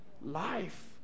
life